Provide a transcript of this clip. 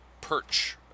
perch